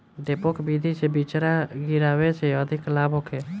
डेपोक विधि से बिचरा गिरावे से अधिक लाभ होखे?